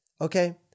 Okay